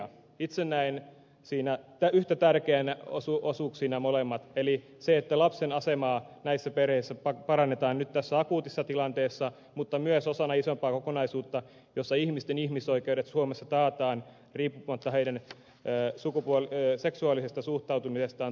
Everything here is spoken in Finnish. itse näen siinä yhtä tärkeinä osuuksina molemmat eli sen että lapsen asemaa näissä perheissä parannetaan nyt tässä akuutissa tilanteessa mutta toisaalta myös sen että se on osana isompaa kokonaisuutta jossa ihmisten ihmisoikeudet suomessa taataan riippumatta heidän seksuaalisesta suuntautumisestaan tai perhemuodostaan